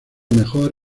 mejor